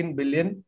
billion